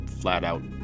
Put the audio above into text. flat-out